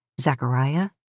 Zachariah